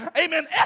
Amen